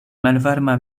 malvarma